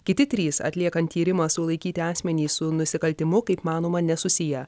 kiti trys atliekant tyrimą sulaikyti asmenys su nusikaltimu kaip manoma nesusiję